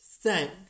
thank